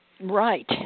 Right